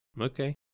Okay